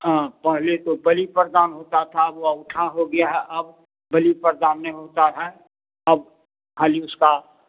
हाँ पहले तो बलि प्रदान होता था अब ओहूठा हो गया है अब बलि प्रदान नहीं होता है अब खाली उसका